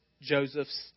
Joseph's